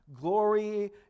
glory